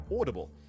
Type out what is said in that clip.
Audible